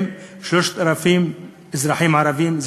6,000, ומהם 3,000 אזרחים ערבים.